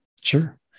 Sure